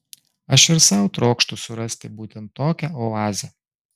aš ir sau trokštu surasti būtent tokią oazę